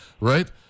right